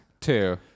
Two